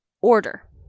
order